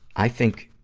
i think,